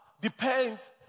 depends